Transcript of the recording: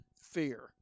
fear